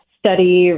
study